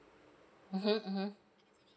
mmhmm mmhmm